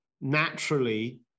naturally